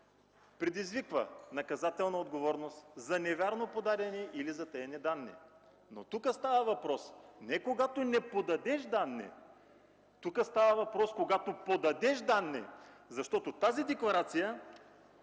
предизвиква наказателна отговорност за невярно подадени или затаени данни. Но тук става въпрос не когато не подадеш данни. Тук става въпрос за тогава, когато подадеш данни, защото тази декларация